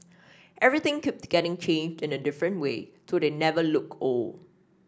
everything keeps getting changed in a different way so they never look old